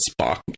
Spock